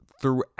throughout